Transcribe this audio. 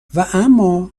اما